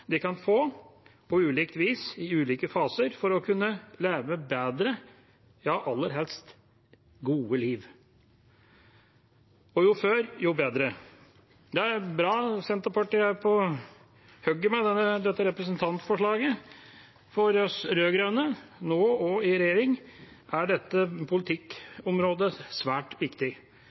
de kan få på ulikt vis i ulike faser for å kunne leve bedre, ja aller helst et godt liv – jo før, jo bedre. Det er bra at Senterpartiet er på hugget med dette representantforslaget. For oss rød-grønne, nå og i regjering, er dette politikkområdet svært viktig.